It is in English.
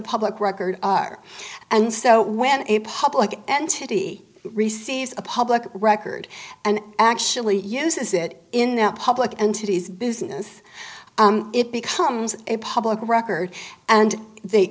public record are and so when a public entity receives a public record and actually uses it in public entities business it becomes a public record and the